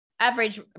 average